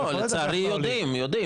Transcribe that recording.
אני פותח את הישיבה השנייה שלנו ליום זה.